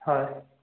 হয়